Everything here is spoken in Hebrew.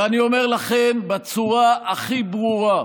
ואני אומר לכן בצורה הכי ברורה,